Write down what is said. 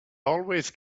always